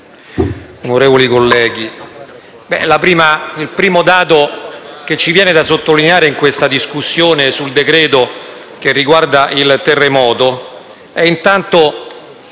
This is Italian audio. onorevoli colleghi, il primo dato che ci viene da sottolineare in questa discussione sul decreto-legge riguardante il terremoto fa